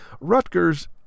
Rutgers